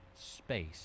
space